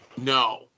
no